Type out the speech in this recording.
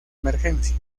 emergencia